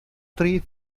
three